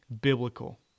biblical